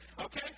okay